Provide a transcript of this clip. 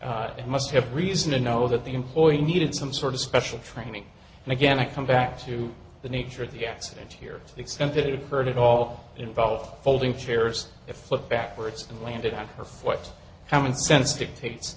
notice it must have reason to know that the employee needed some sort of special training and again i come back to the nature of the accident here exempted heard it all involve folding chairs a foot backwards and landed on her foot common sense dictates